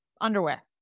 underwear